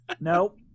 nope